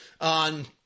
on